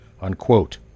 unquote